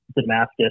Damascus